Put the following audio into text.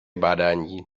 bádání